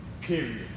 Period